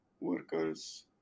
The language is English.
workers